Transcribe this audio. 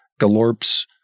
galorps